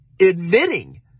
Admitting